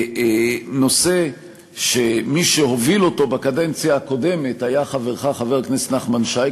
נושא שמי שהוביל אותו בקדנציה הקודמת היה חברך חבר הכנסת נחמן שי,